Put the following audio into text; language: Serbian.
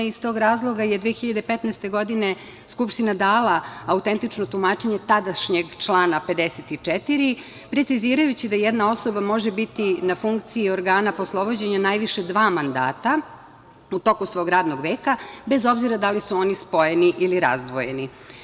Iz tog razloga je 2015. godine Skupština dala autentično tumačenje tadašnjeg člana 54, precizirajući da jedna osoba može biti na funkciji organa poslovođenja najviše dva mandata u toku svog radnog veka, bez obzira da li su oni spojeni ili razdvojeni.